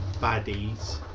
baddies